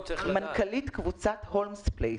מנכ"לית קבוצת הולמס פלייס,